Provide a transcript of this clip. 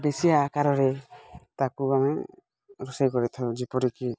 ବେଶୀ ଆକାରରେ ତାକୁ ଆମେ ରୋଷେଇ କରିଥାଉ ଯେପରିକି